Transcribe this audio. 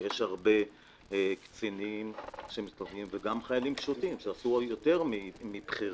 ויש הרבה קצינים וגם חיילים פשוטים שעשו יותר מבכירים